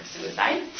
suicide